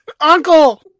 Uncle